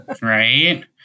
Right